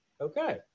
Okay